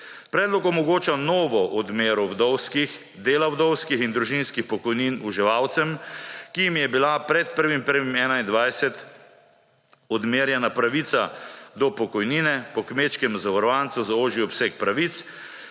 Predlog omogoča novo odmero vdovskih, dela vdovskih in družinskih pokojnin uživalcem, ki jim je bila pred 1. 1. 2021 odmerjena pravica do pokojnine po kmečkem zavarovancu za ožji obseg pravic,